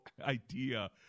idea